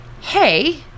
Hey